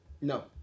No